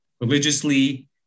religiously